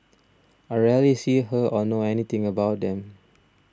I rarely see her or know anything about them